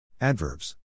Adverbs